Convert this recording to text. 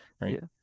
Right